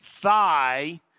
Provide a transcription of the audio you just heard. thigh